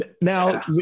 now